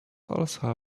also